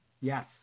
Yes